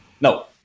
No